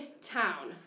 town